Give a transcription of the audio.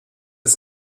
des